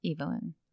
Evelyn